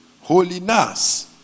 Holiness